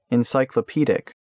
Encyclopedic